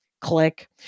click